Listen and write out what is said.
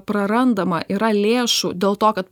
prarandama yra lėšų dėl to kad